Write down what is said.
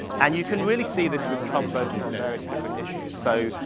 and you can really see this with trump voters on various different issues. so,